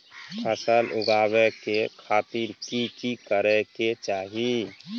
फसल उगाबै के खातिर की की करै के चाही?